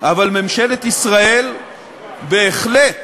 ממשלת ישראל בהחלט